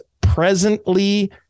presently